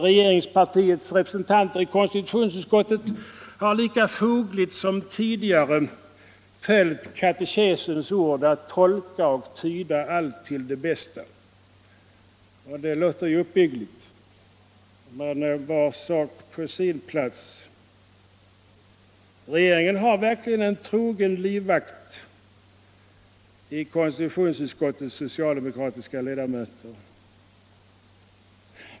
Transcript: Regeringspartiets representanter i konstitutionsutskottet har lika fogligt som tidigare följt katekesens ord att tolka och ”tyda allt till det bästa”. Det låter ju uppbyggligt, men var sak på sin plats. Regeringen har verkligen en trogen livvakt i konstitutionsutskottets socialdemokratiska ledamöter.